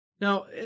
Now